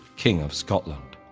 king of scotland.